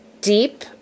deep